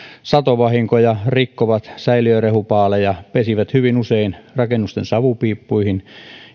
satovahinkoja rikkovat säilörehupaaleja pesivät hyvin usein rakennusten savupiippuihin